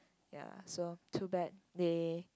ya so too bad they